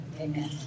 Amen